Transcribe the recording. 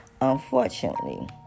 unfortunately